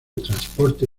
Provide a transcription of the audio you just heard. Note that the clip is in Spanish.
transporte